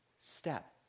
step